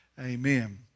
amen